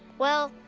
well,